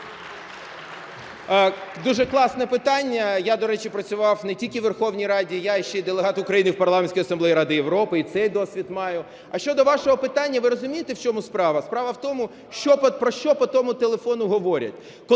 Дуже класне питання. Я, до речі, працював не тільки у Верховній Раді, я ще і делегат України в Парламентській асамблеї Ради Європи, і цей досвід маю. А щодо вашого питання, ви розумієте в чому справа? Справа в тому, про що по тому телефону говорять.